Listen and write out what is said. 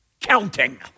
counting